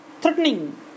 threatening